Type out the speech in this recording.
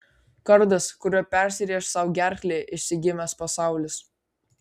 kardas kuriuo persirėš sau gerklę išsigimęs pasaulis